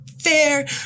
fair